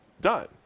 done